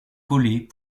collet